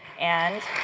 and